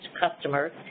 customer